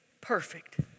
perfect